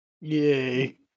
Yay